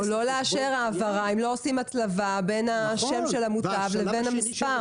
או לא לאשר העברה אם לא עושים הצלבה בין השם של המוטב לבין המספר.